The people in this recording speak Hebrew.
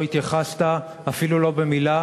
לא התייחסת אפילו לא במילה